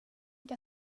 kan